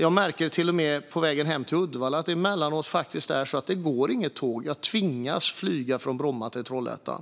Jag märker till och med på väg hem till Uddevalla att det emellanåt faktiskt inte går något tåg. Jag tvingas flyga från Bromma till Trollhättan.